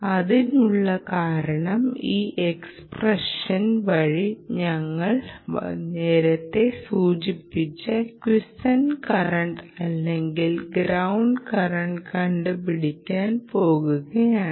അതിനുള്ള കാരണം ഈ എക്സ്പ്രഷൻ വഴി ഞങ്ങൾ നേരത്തെ സൂചിപ്പിച്ച ക്വിസൻറ് കറന്റ് അല്ലെങ്കിൽ ഗ്രൌണ്ട് കറന്റ് കണ്ടു പിടിക്കാൻ പോകുകയാണ്